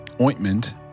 ointment